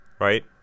right